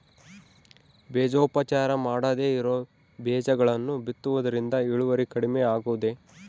ಬೇಜೋಪಚಾರ ಮಾಡದೇ ಇರೋ ಬೇಜಗಳನ್ನು ಬಿತ್ತುವುದರಿಂದ ಇಳುವರಿ ಕಡಿಮೆ ಆಗುವುದೇ?